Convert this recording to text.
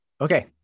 Okay